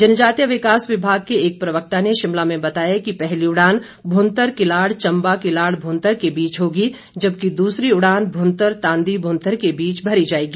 जनजातीय विकास विभाग के एक प्रवक्ता ने शिमला में बताया कि पहली उड़ान भूंतर किलाड़ चंबा किलाड़ भूंतर के बीच होगी जबकि दूसरी उड़ान भुंतर तांदी भुंतर के बीच भरी जाएगी